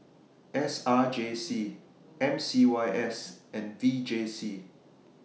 S R J C M C Y S and V J C